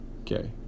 okay